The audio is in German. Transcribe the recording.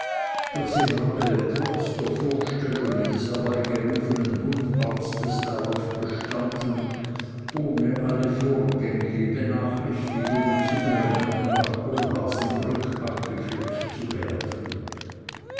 doch sie habe trotz der vorstellungen des herbeigerufenen wundarztes darauf bestanden ohne alle vorgängige benachrichtigungen zu ihrem manne nach kohlhaasenbrück abgeführt zu werden